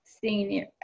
senior